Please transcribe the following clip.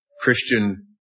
Christian